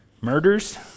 murders